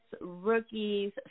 rookies